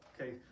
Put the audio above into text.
Okay